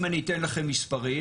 אם אני אתן לכם מספרי,